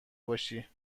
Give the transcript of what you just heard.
باشی